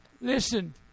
Listen